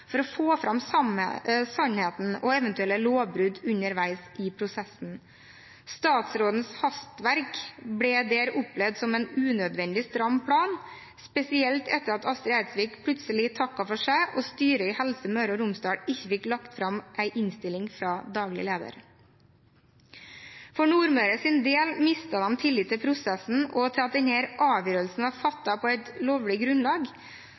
for å få fram sannheten og eventuelle lovbrudd underveis i prosessen. Statsrådens hastverk ble der opplevd som en unødvendig stram plan, spesielt etter at Astrid Eidsvik plutselig takket for seg og styret i Helse Møre og Romsdal ikke fikk lagt fram en innstilling fra daglig leder. For Nordmøres del mistet man tillit til prosessen og til at denne avgjørelsen var fattet på et lovlig grunnlag.